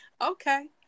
Okay